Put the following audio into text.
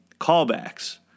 callbacks